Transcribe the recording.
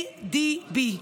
ADB,